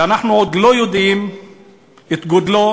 שאנחנו עוד לא יודעים את גודלו,